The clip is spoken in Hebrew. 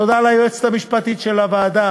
תודה ליועצת המשפטית של הוועדה